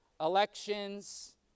elections